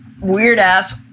weird-ass